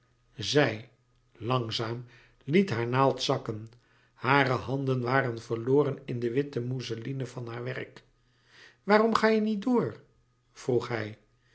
zij langzaam liet haar naald zakken hare handen waren verloren in de witte mousseline van haar werk louis couperus metamorfoze waarom ga je niet door vroeg hij